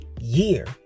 year